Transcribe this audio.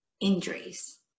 injuries